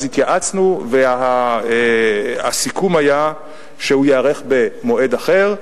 אז התייעצנו, והסיכום היה שהוא ייערך במועד אחר,